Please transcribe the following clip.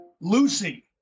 Lucy